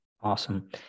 Awesome